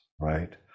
right